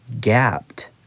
gapped